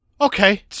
Okay